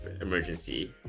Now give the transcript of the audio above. emergency